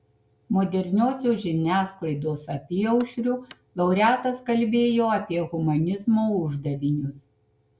moderniosios žiniasklaidos apyaušriu laureatas kalbėjo apie humanizmo uždavinius